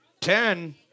ten